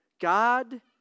God